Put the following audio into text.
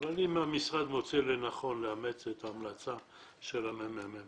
אבל אם המשרד מוצא לנכון לאמץ את ההמלצה של מרכז המחקר והמידע של הכנסת,